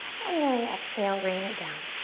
and then exhale, rain it down.